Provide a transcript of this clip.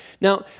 Now